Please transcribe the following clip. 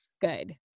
good